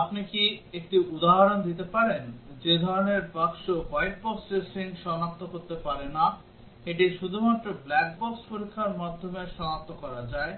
আপনি কি একটি উদাহরণ দিতে পারেন যে ধরনের বাক্স হোয়াইট বক্স টেস্টিং সনাক্ত করতে পারে না এটি শুধুমাত্র ব্ল্যাক বক্স পরীক্ষার মাধ্যমে সনাক্ত করা যায়